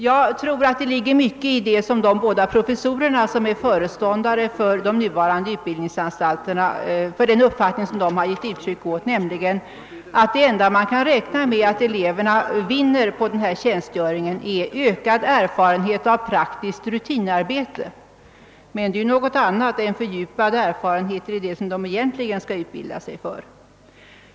Jag tror att det ligger mycket i den uppfattning som de båda professorerna som är föreståndare för de nuvarande utbildningsanstalterna har givit uttryck åt, nämligen att det enda som man kan räkna med att eleverna vinner på denna tjänstgöring är ökad erfarenhet av praktiskt rutinarbete — men detta är ju någonting helt annat än fördjupad erfarenhet i sådant som de egentligen skall utbilda sig för.